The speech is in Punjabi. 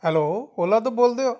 ਹੈਲੋ ਓਲਾ ਤੋਂ ਬੋਲਦੇ ਹੋ